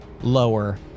lower